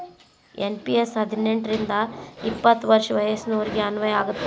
NPS ಹದಿನೆಂಟ್ ರಿಂದ ಎಪ್ಪತ್ ವರ್ಷ ವಯಸ್ಸಿನೋರಿಗೆ ಅನ್ವಯ ಆಗತ್ತ